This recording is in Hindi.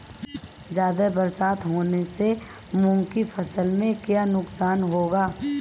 ज़्यादा बरसात होने से मूंग की फसल में क्या नुकसान होगा?